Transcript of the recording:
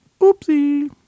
Oopsie